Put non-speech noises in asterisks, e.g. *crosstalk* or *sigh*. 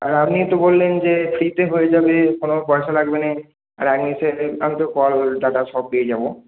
আর আপনি তো বললেন যে ফ্রিতে হয়ে যাবে কোনো পয়সা লাগবে না আর *unintelligible* আমি তো কল ডাটা সব পেয়ে যাব